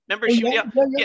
remember